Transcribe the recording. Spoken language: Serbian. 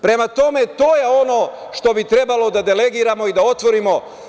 Prema tome, to je ono što bi trebalo da delegiramo i da otvorimo.